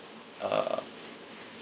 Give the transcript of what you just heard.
uh